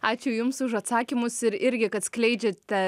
ačiū jums už atsakymus ir irgi kad skleidžiate